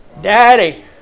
Daddy